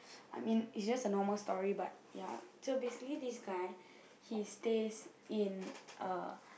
I mean is just a normal story but ya so basically this guy he stays in a